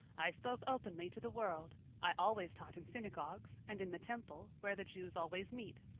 i spoke openly to the world. i always taught in synagogues, and in the temple, where the jews always meet.